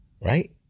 Right